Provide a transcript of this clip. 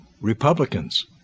Republicans